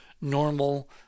normal